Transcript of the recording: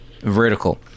vertical